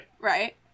Right